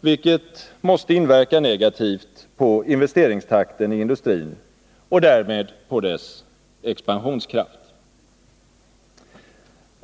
vilket måste inverka negativt på investeringstakten i industrin och därmed på dennas expansionskraft.